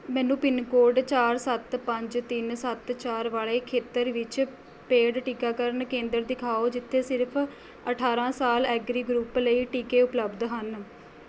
ਮੈਨੂੰ ਪਿੰਨਕੋਡ ਚਾਰ ਸੱਤ ਪੰਜ ਤਿੰਨ ਸੱਤ ਚਾਰ ਵਾਲ਼ੇ ਖੇਤਰ ਵਿੱਚ ਪੇਡ ਟੀਕਾਕਰਨ ਕੇਂਦਰ ਦਿਖਾਓ ਜਿੱਥੇ ਸਿਰਫ਼ ਅਠਾਰ੍ਹਾਂ ਸਾਲ ਐਗਰੀ ਗਰੁੱਪ ਲਈ ਟੀਕੇ ਉਪਲਬਧ ਹਨ